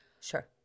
Sure